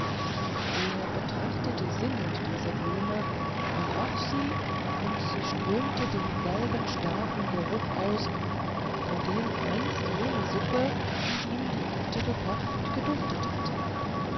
er betrachtete sinnend diese blume beroch sie und sie strömte denselben starken geruch aus von dem einst jene suppe die ihm die alte gekocht geduftet hatte